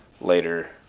later